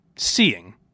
Seeing